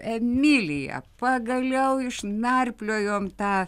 emilija pagaliau išnarpliojom tą